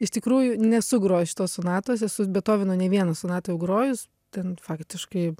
iš tikrųjų nesu grojus šitos sonatos esu betoveno nei vieną sonatą jau grojus ten faktiškai